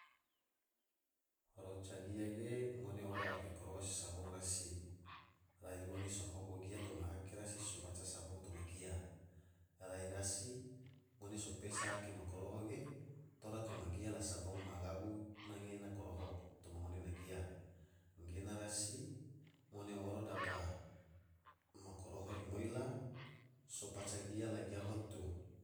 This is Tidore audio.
Roca gia ge ngone oro ake koroho se sabong rasi, rai ngone sohobo gia toma ake rasi sobaca sabong toma gia, rai rasi ngone pesa ake ma koroho ge tora toma gia la sabong ma gabu nange ena koroho toma ngone na gia gena rasi rasi ngone oro dapa ma koroho rimoi la paca gia la gia hotu.